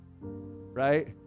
Right